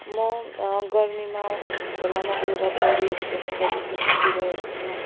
म गर्मीमा खोलामा गएर पौडीहरू खेल्ने गर्दछु साथीभाइहरूसँग